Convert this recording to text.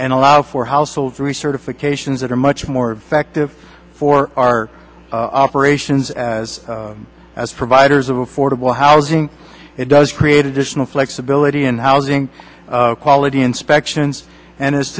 and allow for household three certifications that are much more effective for our operations as as providers of affordable housing it does create additional flexibility in housing quality inspections and as